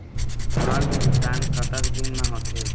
ऋण के भुगतान कतक दिन म होथे?